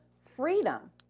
freedom